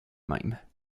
même